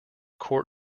court